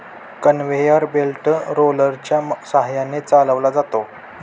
conveyor belt रोलरच्या सहाय्याने चालवला जातो